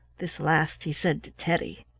this last he said to teddy.